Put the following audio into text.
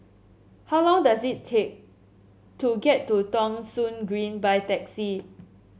how long does it take to get to Thong Soon Green by taxi